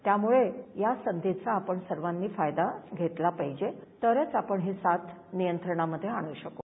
त्यामुळे या संधीचा आपण सर्वांनी फायदा घेतला पाहिजे तरच आपण ही साथ नियंत्रणामधे आणू शकू